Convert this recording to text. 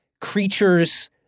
creatures